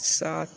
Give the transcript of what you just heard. सात